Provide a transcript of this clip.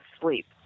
sleep